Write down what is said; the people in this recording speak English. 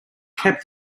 kept